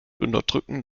unterdrücken